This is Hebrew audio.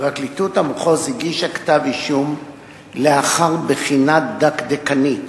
פרקליטות המחוז הגישה כתב-אישום לאחר בחינה דקדקנית